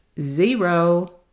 zero